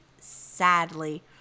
sadly